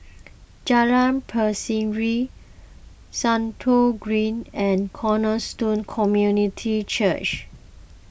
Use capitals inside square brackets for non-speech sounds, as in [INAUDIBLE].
[NOISE] Jalan Berseri Stratton Green and Cornerstone Community Church